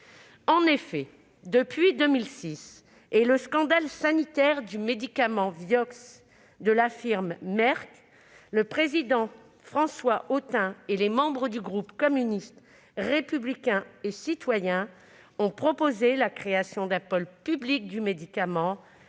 En effet, dès 2006 et le scandale sanitaire du médicament Vioxx de la firme Merck, le président François Autain et les membres du groupe communiste républicain et citoyen avaient proposé la création d'un pôle public du médicament,